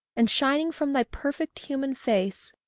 and shining from thy perfect human face,